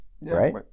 right